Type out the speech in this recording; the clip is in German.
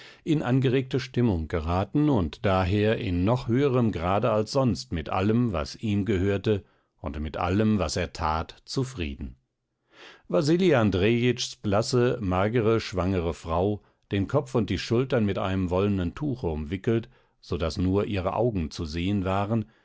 in angeregte stimmung geraten und daher in noch höherem grade als sonst mit allem was ihm gehörte und mit allem was er tat zufrieden wasili andrejitschs blasse magere schwangere frau den kopf und die schultern mit einem wollenen tuche umwickelt so daß nur ihre augen zu sehen waren